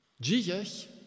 Jesus